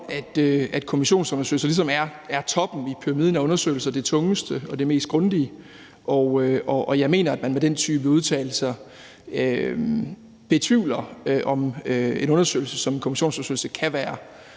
at kommissionsundersøgelser ligesom er toppen af pyramiden af undersøgelser, altså det tungeste og det mest grundige, og jeg mener, at man med den type udtalelser betvivler, at en undersøgelse som en kommissionsundersøgelse kan være